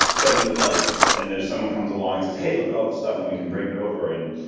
suddenly like and then someone comes along and says, hey, look at all these stuff and we can bring it over and,